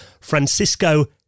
Francisco